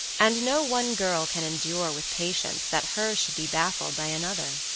and no one girl can endure, with patience, that hers should be baffled by another.